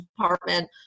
Department